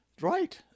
Right